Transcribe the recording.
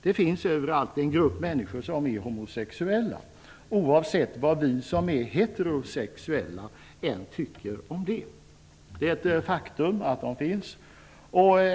Det finns överallt en grupp människor, som är homosexuella, oavsett vad vi heterosexuella tycker om detta.